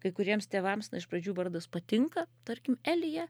kai kuriems tėvams na iš pradžių vardas patinka tarkim elija